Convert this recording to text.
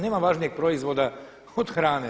Nema važnijeg proizvoda od hrane.